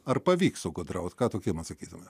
ar pavyks gudrauti ką tokiems atsakytumėte